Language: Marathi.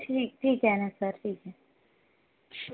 ठीक ठीक आहे ना सर ठीक आहे